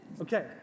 Okay